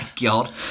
God